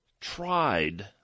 tried